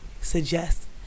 suggest